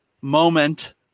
moment